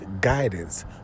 guidance